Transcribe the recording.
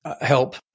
help